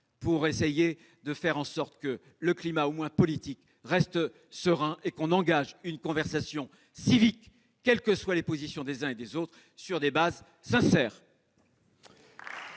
qui existent précisément pour que le climat, au moins politique, reste serein et que l'on puisse engager une conversation civique, quelles que soient les positions des uns et des autres, sur des bases sincères.